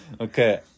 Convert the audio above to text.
Okay